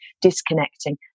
disconnecting